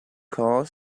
for